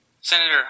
Senator